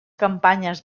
campanyes